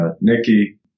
Nikki